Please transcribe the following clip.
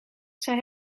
zij